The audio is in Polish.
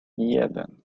jeden